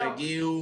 הם הגיעו.